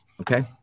Okay